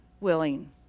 willing